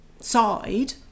side